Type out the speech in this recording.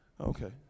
okay